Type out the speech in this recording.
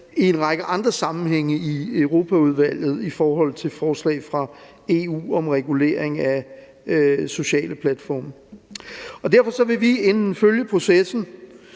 i en række andre sammenhænge i Europaudvalget, når der kommer forslag fra EU om regulering af sociale platforme. Derfor vil vi følge processen